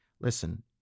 listen